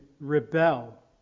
rebel